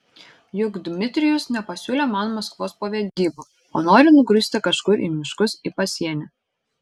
juk dmitrijus nepasiūlė man maskvos po vedybų o nori nugrūsti kažkur į miškus į pasienį